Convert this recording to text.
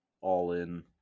all-in